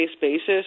basis